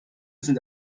sind